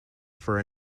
for